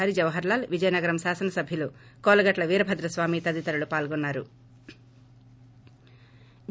హరి జవహర్ లాల్ విజయనగరం శాసనసభ్యులు కోలగట్ల వీరభద్రస్వామి తదితరులు పాల్గొన్నా రు